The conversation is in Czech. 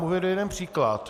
Uvedu vám jeden příklad.